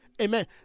amen